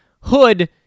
Hood